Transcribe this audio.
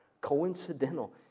Coincidental